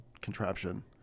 contraption